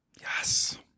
Yes